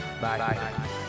Bye